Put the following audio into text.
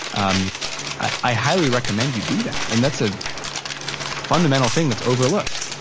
um i i highly recommend you do that. and that's a fundamental thing that's overlooked.